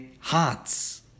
hearts